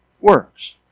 works